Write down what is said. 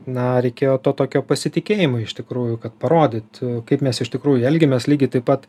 na reikėjo to tokio pasitikėjimo iš tikrųjų kad parodyt kaip mes iš tikrųjų elgiamės lygiai taip pat